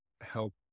help